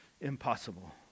impossible